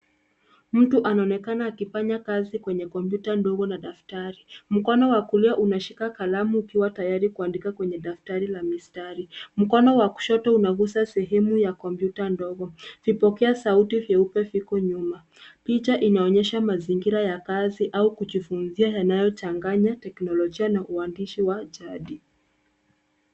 Mtu anaonekana akifanya kazi kwenye kompyuta ndogo na daftari. Mkono wa kulia unashika kalamu ukiwa tayari kuandika kwenye daftari la mistari. Mkono wa kushoto unagusa sehemu ya kompyuta ndogo. Vipokea sauti vyeupe viko nyuma. Picha inaonyesha mazingira ya kazi au kujifunzia yanayochanganya teknolojia na uhandishi wa jadi.